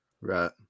right